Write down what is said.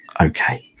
okay